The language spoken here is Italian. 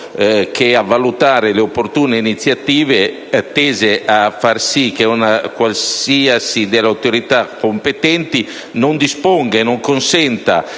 a valutare le opportune iniziative tese a far sì che una qualsiasi delle autorità competenti: *a)* non disponga e non consenta